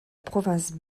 province